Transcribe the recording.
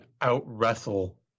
out-wrestle